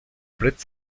brett